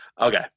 Okay